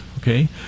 okay